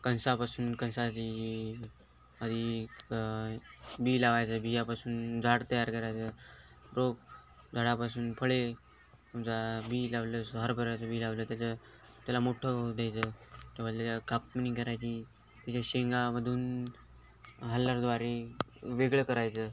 कणसापासून कणसाची आधी बि लावायचं बियापासून झाड तयार करायचं रोग झाडापासून फळे समजा बी लावलं हरभऱ्याचं बी लावलं त्याचं त्याला मोठ्ठं होऊ द्यायचं तेवाली कापणी करायची त्याच्या शेंगामधून हल्लरद्वारे वेगळं करायचं